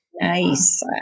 Nice